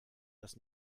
das